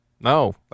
no